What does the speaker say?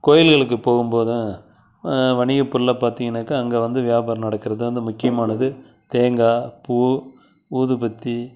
கோயில்களுக்குப் போகும்போது வணிகப் பொருள பார்த்தீங்கன்னாக்கா அங்கே வந்து வியாபாரம் நடக்கிறது வந்து முக்கியமானது தேங்காய் பூ ஊதுபத்தி